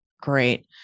Great